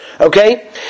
Okay